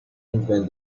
invent